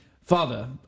Father